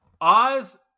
Oz